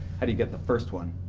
how do you get the first one?